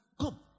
come